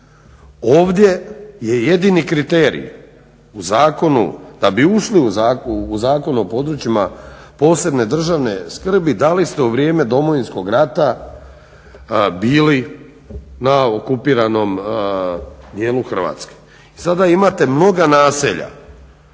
Ovdje je jedini kriterij u zakonu da bi ušli u Zakon o područjima posebne državne skrbi dali ste u vrijeme Domovinskog rata bili na okupiranom dijelu Hrvatske. I sada imate mnoga naselja